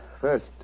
First